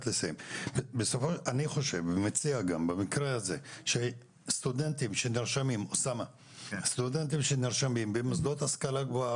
אני מציע במקרה הזה שסטודנטים שנרשמים במוסדות להשכלה גבוהה